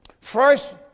First